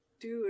dude